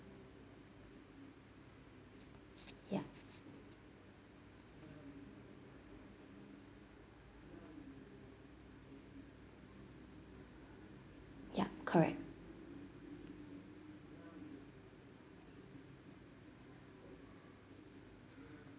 yup yup correct